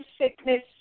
sickness